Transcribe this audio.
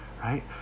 right